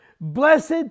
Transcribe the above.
Blessed